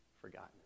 forgotten